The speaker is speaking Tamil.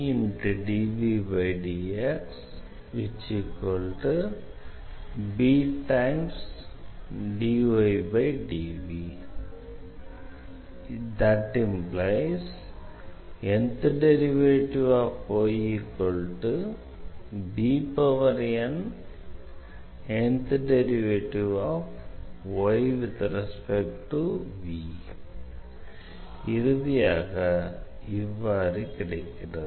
இறுதியாக இவ்வாறு கிடைக்கிறது